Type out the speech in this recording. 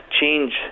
change